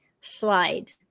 slide